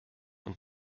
und